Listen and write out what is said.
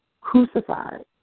crucified